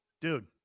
dude